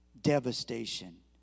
devastation